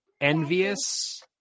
envious